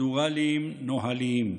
פרוצדורליים-נוהליים.